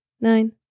nine